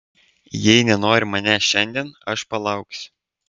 jei nenori manęs šiandien aš palauksiu